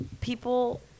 people